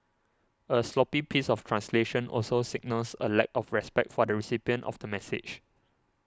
a sloppy piece of translation also signals a lack of respect for the recipient of the message